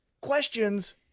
questions